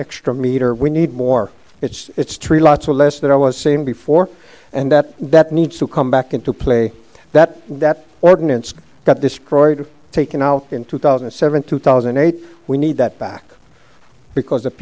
extra meter we need more it's true lots of less that i was saying before and that that needs to come back into play that that ordinance got destroyed taken out in two thousand and seven two thousand and eight we need that back because